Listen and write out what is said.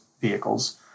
vehicles